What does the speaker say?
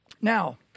Now